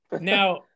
Now